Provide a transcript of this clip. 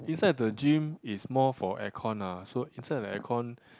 inside the gym is more for air con lah so inside the air con